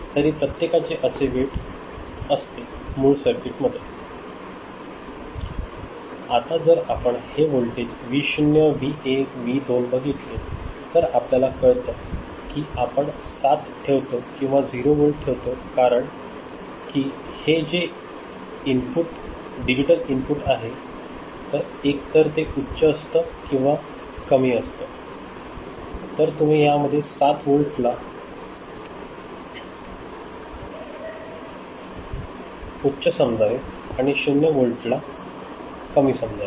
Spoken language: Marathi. तरी प्रत्येकाचे असे वेट असते मूळ सर्किटमध्ये आता जर आपण हे हे वोल्टेज व्ही0 व्ही1 व्ही 2 बघितले तर आपल्याला कळतं की आपण 7 ठेवतो किंवा झिरो वॉल्ट ठेवतो कारण की हे डिजिटल इनपुट आहे एक तर ते उच्च असतं किंवा कमी असतं तर तुम्ही यामध्ये 7 व्होल्ट ला उच्च समजावे आणि 0 व्होल्ट ला कमी समजावे